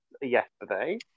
yesterday